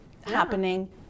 happening